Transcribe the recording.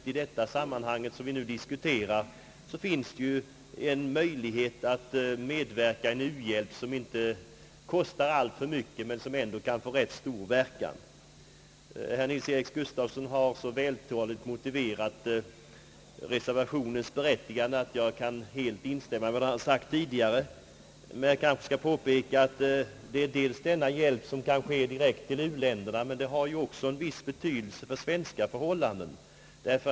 I det sammanhang som vi nu diskuterar finns en möjlighet att medverka i en u-hjälp som inte kostar alltför mycket men som ändå kan få stor verkan. Herr Nils-Eric Gustafsson har så vältaligt motiverat reservationen, att jag helt kan instämma i vad han sagt. Jag vill dock påpeka att denna hjälp också har viss betydelse för svenska förhållanden.